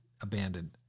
abandoned